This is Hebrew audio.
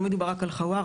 לא מדובר רק על חווארה,